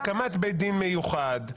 הקמת בית דין מיוחד,